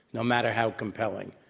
no matter how compelling.